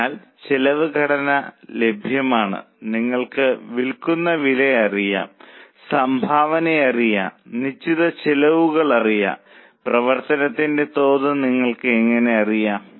അതിനാൽ ചെലവ് ഘടന ലഭ്യമാണ് നിങ്ങൾക്ക് വിൽക്കുന്ന വില അറിയാം സംഭാവന അറിയാം നിശ്ചിത ചെലവുകൾ അറിയാം പ്രവർത്തനത്തിന്റെ തോത് നിങ്ങൾക്ക് എങ്ങനെ അറിയാം